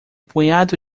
punhado